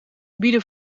bieden